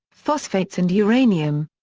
phosphates and uranium.